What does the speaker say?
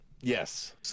yes